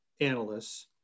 analysts